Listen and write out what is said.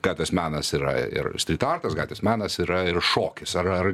gatvės menas yra ir strytartas gatvės menas yra ir šokis ar ar